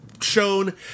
shown